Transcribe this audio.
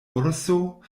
urso